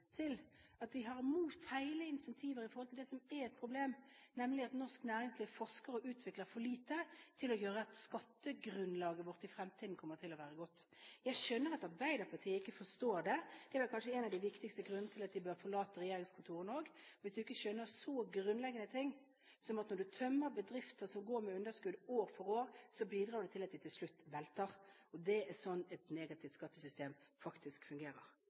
at vi nå har feil incentiver i forhold til det som er et problem, nemlig at norsk næringsliv forsker og utvikler for lite til at vi får et godt skattegrunnlag i fremtiden. Jeg skjønner at Arbeiderpartiet ikke forstår det. Det er vel kanskje også en av de viktigste grunnene til at de bør forlate regjeringskontorene. Hvis du ikke skjønner så grunnleggende ting som at når du tømmer bedrifter som går med underskudd år for år, bidrar du til at de til slutt velter. Det er slik et negativt skattesystem faktisk fungerer.